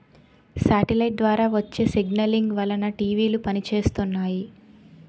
satellite ద్వారా వచ్చే signalling వలన టీవీలు పనిచేస్తున్నాయి